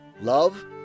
love